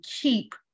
keep